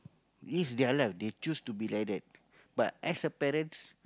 it's their life they choose to be like that but as a parent